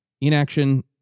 inaction